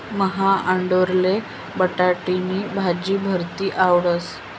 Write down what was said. मन्हा आंडोरले बटाटानी भाजी भलती आवडस